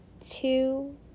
two